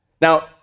Now